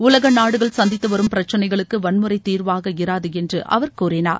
உலக நாடுகள் சந்தித்து வரும் பிரச்னைகளுக்கு வன்முறை தீர்வாக இராது என்று அவர் கூறினார்